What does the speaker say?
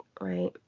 right